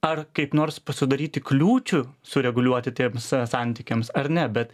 ar kaip nors sudaryti kliūčių sureguliuoti tiems santykiams ar ne bet